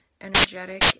energetic